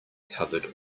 covered